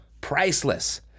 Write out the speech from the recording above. priceless